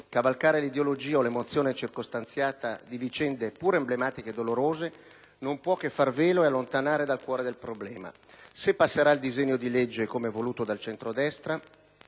cavalcare l'ideologia o l'emozione circostanziata di vicende pur emblematiche e dolorose non può che far velo e allontanare dal cuore del problema. Se passerà il disegno di legge come voluto dal centrodestra,